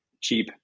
cheap